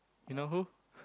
you know who